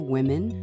Women